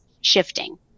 shifting